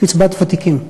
קצבת ותיקים.